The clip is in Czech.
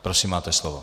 Prosím, máte slovo.